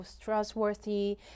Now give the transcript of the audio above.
trustworthy